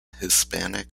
hispanic